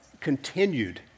continued